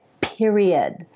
period